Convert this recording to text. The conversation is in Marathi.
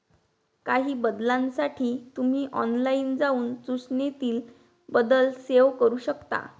काही बदलांसाठी तुम्ही ऑनलाइन जाऊन सूचनेतील बदल सेव्ह करू शकता